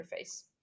interface